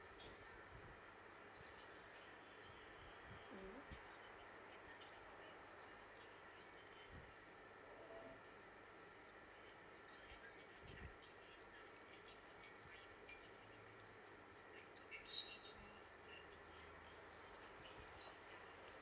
mm